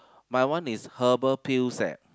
my one is herbal pills eh